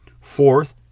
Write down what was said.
Fourth